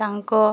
ତାଙ୍କ